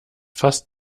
fast